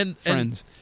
friends